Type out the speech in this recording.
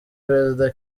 perezida